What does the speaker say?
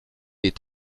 est